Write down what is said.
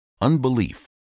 Unbelief